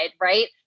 Right